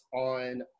on